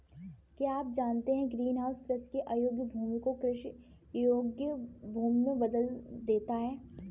क्या आप जानते है ग्रीनहाउस कृषि के अयोग्य भूमि को कृषि योग्य भूमि में बदल देता है?